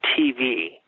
TV